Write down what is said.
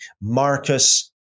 Marcus